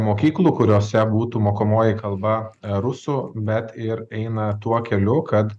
mokyklų kuriose būtų mokomoji kalba rusų bet ir eina tuo keliu kad